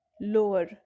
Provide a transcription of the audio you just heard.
lower